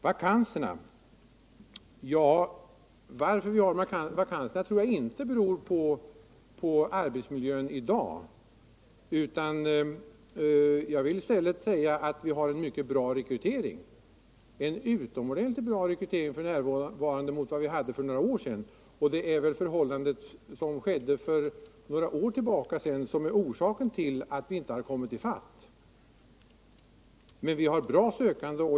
Orsaken till vakanserna tror jag inte ligger i arbetsmiljön i dag. Tvärtom vill jag i stället säga att vi har en utomordentligt bra rekrytering jämfört med den vi hade för några år sedan. Det är väl förhållandet som rådde för några år sedan som gör att vi inte har kommit i fatt. Vi har bra sökande.